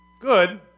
Good